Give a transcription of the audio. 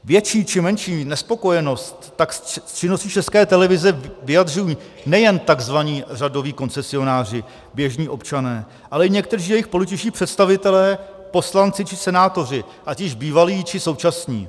Větší či menší nespokojenost tak s činností České televize vyjadřují nejen takzvaní řadoví koncesionáři, běžní občané, ale i někteří jejich političtí představitelé, poslanci či senátoři, ať již bývalí, či současní.